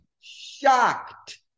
Shocked